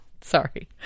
Sorry